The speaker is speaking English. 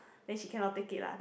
then she cannot take it lah